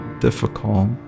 difficult